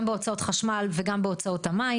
גם בהוצאות חשמל וגם בהוצאות המים.